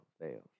fail